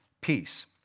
peace